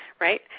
right